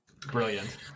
Brilliant